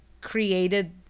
created